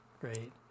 Great